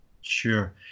Sure